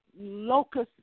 Locust